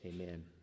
Amen